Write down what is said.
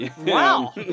Wow